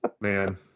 Man